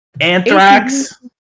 Anthrax